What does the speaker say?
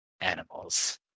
animals